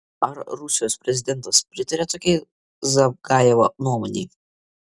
ar rusijos prezidentas pritaria tokiai zavgajevo nuomonei